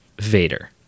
Vader